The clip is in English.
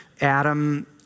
Adam